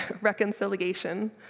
reconciliation